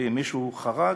ואם מישהו חרג,